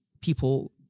people